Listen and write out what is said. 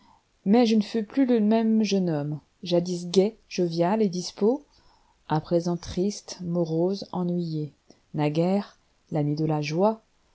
mais je ne fus plus le même jeune homme jadis gai jovial et dispos à présent triste morose ennuyé naguère l'ami de la joie